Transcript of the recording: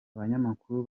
abanyamakuru